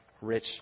rich